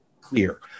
clear